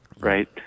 right